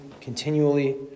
continually